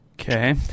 Okay